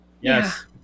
Yes